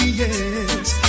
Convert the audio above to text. yes